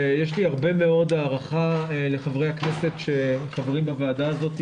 ויש לי הרבה מאוד הערכה לחברי הכנסת שחברים בוועדה הזאת,